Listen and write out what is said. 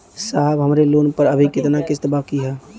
साहब हमरे लोन पर अभी कितना किस्त बाकी ह?